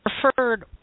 preferred